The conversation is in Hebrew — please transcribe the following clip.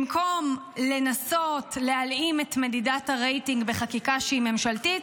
במקום לנסות להלאים את מדידת הרייטינג בחקיקה ממשלתית,